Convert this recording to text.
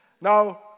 Now